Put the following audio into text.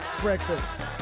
breakfast